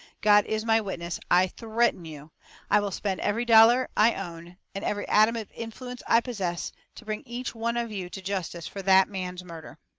god is my witness, i threaten you i will spend every dollar i own and every atom of influence i possess to bring each one of you to justice for that man's murder.